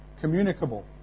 communicable